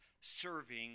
serving